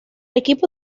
equipo